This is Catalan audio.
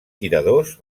tiradors